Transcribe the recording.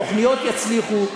התוכניות יצליחו,